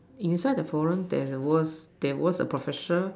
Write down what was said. inside the forum there was there was a professor